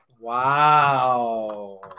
Wow